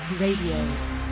Radio